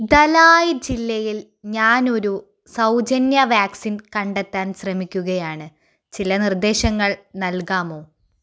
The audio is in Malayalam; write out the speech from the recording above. ധലായ് ജില്ലയിൽ ഞാൻ ഒരു സൗജന്യ വാക്സിൻ കണ്ടെത്താൻ ശ്രമിക്കുകയാണ് ചില നിർദ്ദേശങ്ങൾ നൽകാമോ